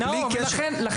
זה